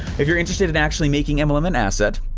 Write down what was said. if you're interested in actually making mlm an asset,